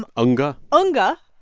um unga. unga,